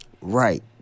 Right